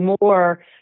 more